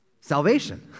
Salvation